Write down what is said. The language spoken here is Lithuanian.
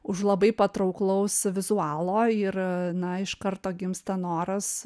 už labai patrauklaus vizualo ir na iš karto gimsta noras